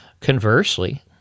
Conversely